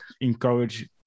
encourage